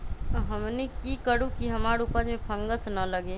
हमनी की करू की हमार उपज में फंगस ना लगे?